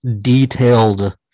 detailed